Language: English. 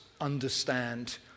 understand